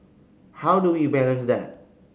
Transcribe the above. how do we balance that